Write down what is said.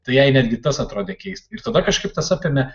tai jai netgi tas atrodė keista ir tada kažkaip tas apėmė